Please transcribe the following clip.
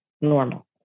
normal